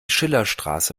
schillerstraße